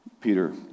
Peter